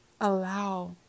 allow